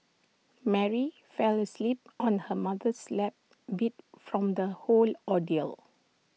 Mary fell asleep on her mother's lap beat from the whole ordeal